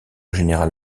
général